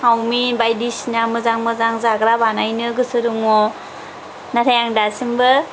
chowmein बायदिसिना मोजां मोजां जाग्रा बानायनो गोसो दङ नाथाय आं दासिमबो